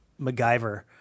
MacGyver